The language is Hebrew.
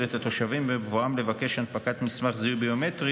את התושבים בבואם לבקש הנפקת מסמך זיהוי ביומטרי